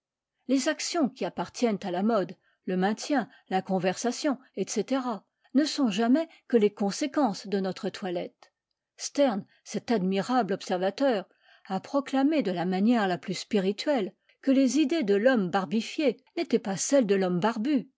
les actions qui appartiennent à la mode le maintien la conversation etc ne sont jamais que les conséquences de notre toilette sterne cet admirable observateur a proclamé de la manière la plus spirituelle que les idées de l'homme barbifié n'étaient pas celles de l'homme barbu